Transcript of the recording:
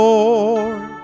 Lord